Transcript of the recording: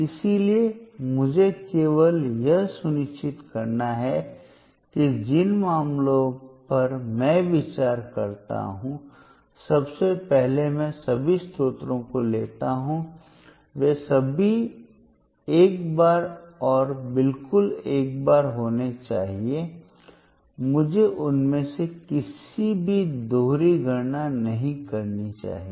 इसलिए मुझे केवल यह सुनिश्चित करना है कि जिन मामलों पर मैं विचार करता हूं सबसे पहले मैं सभी स्रोतों को लेता हूं वे सभी एक बार और बिल्कुल एक बार होने चाहिए मुझे उनमें से किसी की भी दोहरी गणना नहीं करनी चाहिए